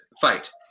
fight